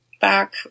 back